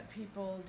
people